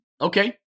okay